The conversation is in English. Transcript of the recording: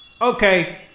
Okay